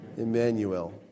Emmanuel